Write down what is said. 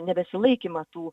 nebesilaikymą tų